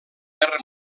guerra